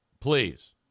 Please